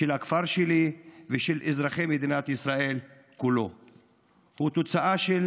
של הכפר שלי ושל אזרחי מדינת ישראל כולה הוא תוצאה של